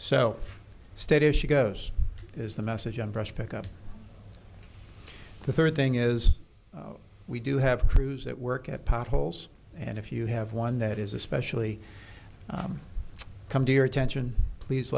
so steady as she goes is the message on brush pick up the third thing is we do have crews that work at potholes and if you have one that is especially come to your attention please